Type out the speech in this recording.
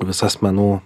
visas menų